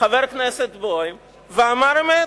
חבר הכנסת בוים ואמר אמת,